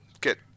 get